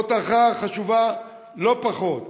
זאת הכרעה חשובה לא פחות.